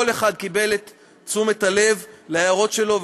כל אחד קיבל תשומת לב להערות שלו,